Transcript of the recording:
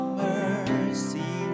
mercy